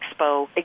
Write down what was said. Expo